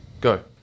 Go